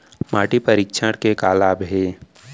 माटी परीक्षण के का का लाभ हे?